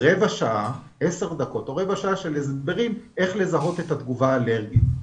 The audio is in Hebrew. עשר דקות או רבע שעה של הסברים כיצד לזהות את התגובה האלרגית.